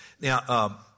Now